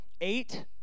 eight